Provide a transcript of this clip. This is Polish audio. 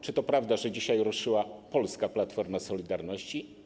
Czy to prawda, że dzisiaj ruszyła polska platforma solidarności?